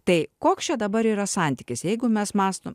tai koks čia dabar yra santykis jeigu mes mąstom